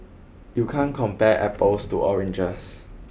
you can't compare apples to oranges